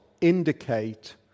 indicate